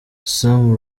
sam